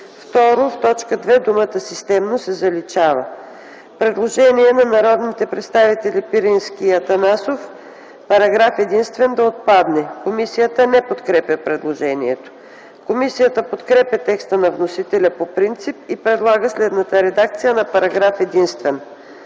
2. В т. 2 думата „системно” се заличава.” Има предложение на народните представители Пирински и Атанасов – параграф единствен да отпадне. Комисията не подкрепя предложението. Комисията подкрепя текста на вносителя по принцип и предлага следната редакция на параграф единствен: